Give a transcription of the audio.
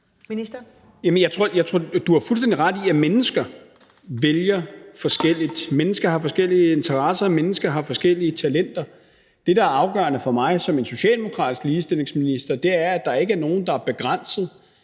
jeg tror, du har fuldstændig ret i, at mennesker vælger forskelligt. Mennesker har forskellige interesser. Mennesker har forskellige talenter. Det, der er afgørende for mig som en socialdemokratisk ligestillingsminister, er, at der ikke er nogen, der er begrænset